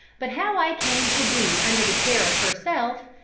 but how i came to be under the care of herself,